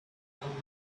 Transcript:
little